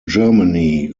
germany